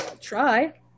try